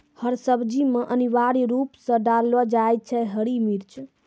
हर सब्जी मॅ अनिवार्य रूप सॅ डाललो जाय छै हरी मिर्च